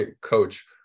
coach